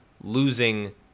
losing